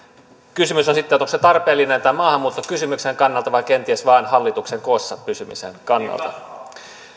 kysymys on sitten onko se tarpeellinen tämän maahanmuuttokysymyksen kannalta vai kenties vain hallituksen koossa pysymisen kannalta